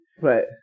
Right